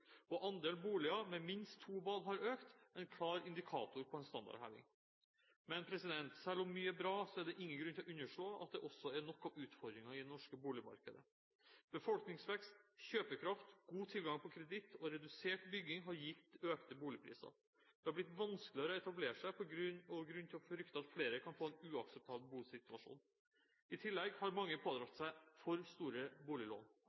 2006. Andelen boliger med minst to bad har økt – en klar indikator på en standardheving. Men selv om mye er bra, er det ingen grunn til å underslå at det også er nok av utfordringer i det norske boligmarkedet. Befolkningsvekst, kjøpekraft, god tilgang på kreditt og redusert bygging har gitt økte boligpriser. Det er blitt vanskeligere å etablere seg og grunn til å frykte at flere kan få en uakseptabel bosituasjon. I tillegg har mange pådratt seg for store boliglån.